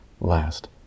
last